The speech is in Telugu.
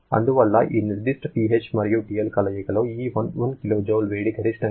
అందువల్ల ఈ నిర్దిష్ట TH మరియు TL కలయికలో ఈ 1 kJ వేడి గరిష్టంగా 0